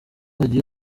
agiye